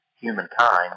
humankind